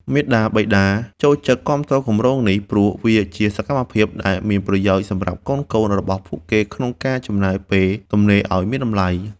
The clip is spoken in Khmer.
មាតាបិតា ចូលចិត្តគាំទ្រគម្រោងនេះ ព្រោះវាជាសកម្មភាពដែលមានប្រយោជន៍សម្រាប់កូនៗរបស់ពួកគេក្នុងការចំណាយពេលទំនេរឱ្យមានតម្លៃ។